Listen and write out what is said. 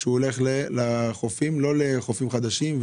שהוא הולך לחופים, לא לחופים חדשים?